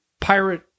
pirate